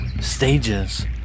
stages